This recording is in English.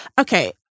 okay